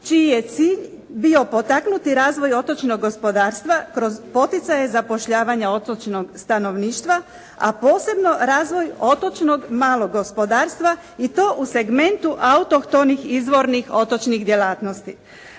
čiji je cilj bio potaknuti razvoj otočnog gospodarstva kroz poticaje zapošljavanja otočnog stanovništva, a posebno razvoj otočnog malog gospodarstva i to u segmentu autohtonih izvornih otočnih djelatnosti.